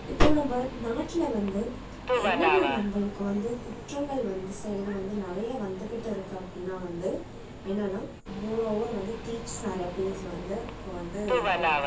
இப்போது நம்ம நாட்டில் வந்து என்னென்ன நம்மளுக்கு வந்து குற்றங்கள் வந்து செயல்கள் வந்து நிறைய வந்துகிட்டு இருக்குது அப்படினா வந்து என்னென்னா மோரோவர் வந்து தீஃப்ஸ் நிறைய பேர்ஸ் வந்து இப்போ வந்து இதாகிட்ருக்காங்க